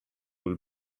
will